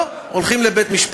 לא, הולכים לבית-משפט.